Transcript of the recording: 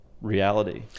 reality